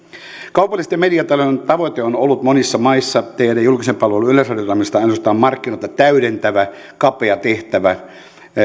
kaupallisten mediatalojen tavoite on ollut monissa maissa tehdä julkisen palvelun yleisradiotoiminnasta ainoastaan markkinoita täydentävä kapea tehtävä